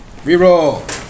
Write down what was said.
Reroll